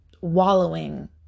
wallowing